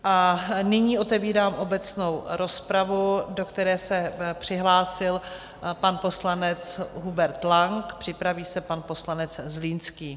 A nyní otevírám obecnou rozpravu, do které se přihlásil pan poslanec Hubert Lang, připraví se pan poslanec Zlínský.